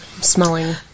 smelling